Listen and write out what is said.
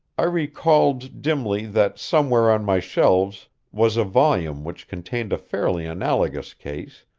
i recalled dimly that somewhere on my shelves was a volume which contained a fairly analogous case,